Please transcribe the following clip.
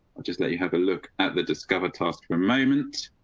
i just let you have a look at the discovered task for a moment.